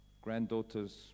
Granddaughter's